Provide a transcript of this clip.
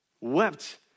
Wept